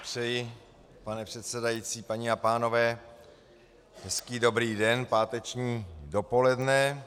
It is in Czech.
Přeji, pane předsedající, paní a pánové, hezký dobrý den, páteční dopoledne.